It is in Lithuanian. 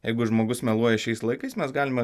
jeigu žmogus meluoja šiais laikais mes galime